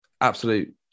absolute